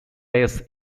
less